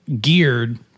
geared